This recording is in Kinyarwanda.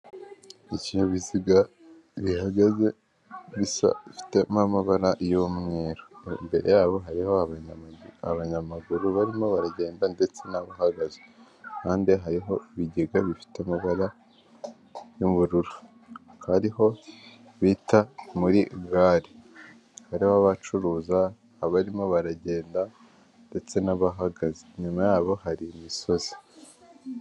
Ibinyabiziga bihagaze bifitemo amabara y'umweru imbere yabo hariho abanyamaguru barimo baragenda ndetse n'abahagaze, kandi hariho ibigega bifite amabara y'ubururu aho bita muri gare, hari n'abacuruza, abarimo baragenda ndetse n'abahagaze inyuma yabo hari imisozi.